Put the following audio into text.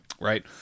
Right